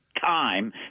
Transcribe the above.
time